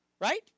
Right